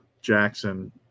Jackson